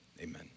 amen